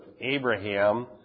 Abraham